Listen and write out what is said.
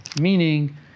meaning